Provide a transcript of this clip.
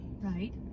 right